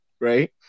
Right